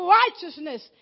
righteousness